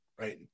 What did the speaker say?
right